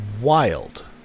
wild